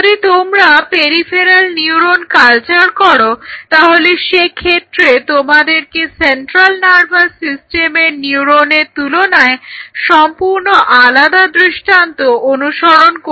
যদি তোমরা peripheral neuron culture করো তাহলে সেক্ষেত্রে তোমাদেরকে সেন্ট্রাল নার্ভাস সিস্টেমের নিউরনের তুলনায় সম্পূর্ণ আলাদা দৃষ্টান্ত অনুসরণ করতে হবে